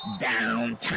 downtown